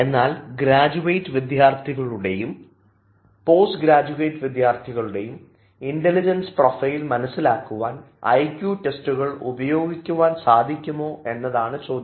എന്നാൽ ഗ്രാജുവേറ്റ് വിദ്യാർത്ഥികളുടെയും post graduate വിദ്യാർഥികളുടെയും ഇൻറലിജൻസ് പ്രൊഫൈയിൽ മനസ്സിലാക്കുവാൻ ഐക്യു ടെസ്റ്റുകൾ ഉപയോഗിക്കുവാൻ സാധിക്കുമൊ എന്നതാണ് ചോദ്യം